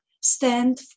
stand